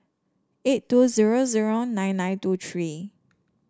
eight two zero zero nine nine two three